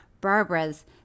Barbara's